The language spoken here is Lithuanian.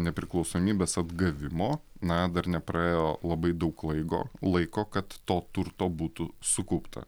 nepriklausomybės atgavimo na dar nepraėjo labai daug laigo laiko kad to turto būtų sukaupta